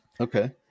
Okay